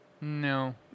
No